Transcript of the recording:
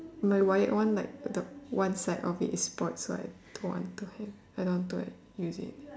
my wired one like the one side of it is spoiled so I don't want to have I don't want to like use it